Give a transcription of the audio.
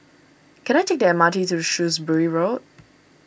can I take the M R T to Shrewsbury Road